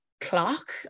clock